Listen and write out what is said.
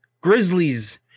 Grizzlies